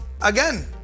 again